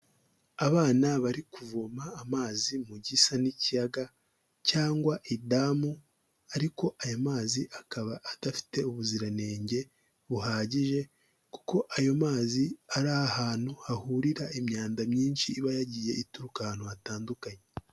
Abana bari kuvoma amazi mu gisa n'ikiyaga cyangwa idamu ariko aya mazi akaba adafite ubuziranenge buhagije kuko ayo mazi ari ahantu hahurira imyanda myinshi iba yagiye ituruka ahantu hatandukanye.